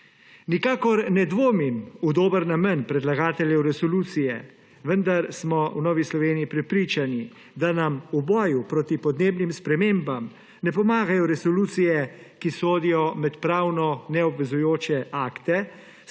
Nikakor ne dvomim v dober namen predlagateljev resolucije, vendar smo v Novi Sloveniji prepričani, da nam v boju proti podnebnim spremembam ne pomagajo resolucije, ki sodijo med pravno neobvezujoče akte,